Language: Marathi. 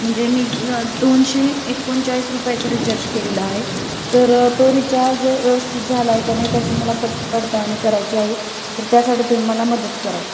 म्हणजे मी दोनशे एकोणचाळीस रुपयाचा रिचार्ज केलेला आहे तर तो रिचार्ज व्यवस्थित झाला आहे का नाही त्याशी मला पट पडताळणी करायची आहे तर त्यासाठी तुम्ही मला मदत कराल